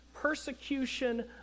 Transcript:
persecution